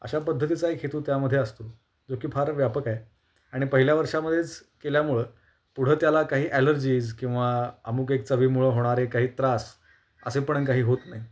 अशा पद्धतीचा एक हेतू त्यामध्ये असतो जो की फार व्यापक आहे आणि पहिल्या वर्षामध्येच केल्यामुळं पुढं त्याला काही ॲलर्जीज् किंवा अमुक एक चवीमुळं होणारे काही त्रास असे पण आणि काही होत नाहीत